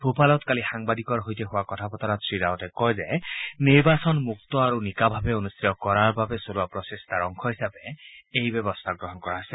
ভূপালত কালি সাংবাদিকৰ সৈতে হোৱা কথা বতৰাত শ্ৰীৰাৱটে কয় যে নিৰ্বাচন মুক্ত আৰু নিকাভাৱে অনূষ্ঠিত কৰাৰ বাবে চলোৱা প্ৰচেষ্টাৰ অংশ হিচাপে এই ব্যৱস্থা গ্ৰহণ কৰা হৈছে